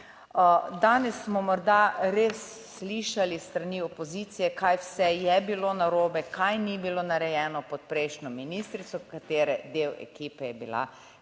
Danes smo morda res slišali s strani opozicije kaj vse je bilo narobe, kaj ni bilo narejeno pod prejšnjo ministrico, katere del ekipe je bila